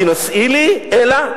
התינשאי לי?" אלא,